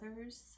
others